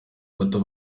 bato